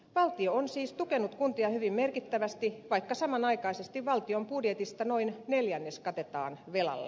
valtio on siis tukenut kuntia hyvin merkittävästi vaikka samanaikaisesti valtion budjetista noin neljännes katetaan velalla